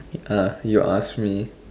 uh you ask me